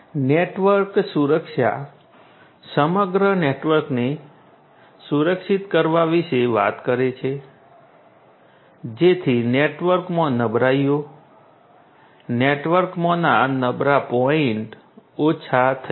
network સુરક્ષા સમગ્ર નેટવર્કને સુરક્ષિત કરવા વિશે વાત કરે છે જેથી નેટવર્કમાં નબળાઈઓ નેટવર્કમાંના નબળા પોઈન્ટ ઓછા થઈ જાય